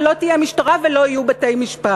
ולא תהיה משטרה ולא יהיו בתי-משפט.